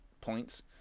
points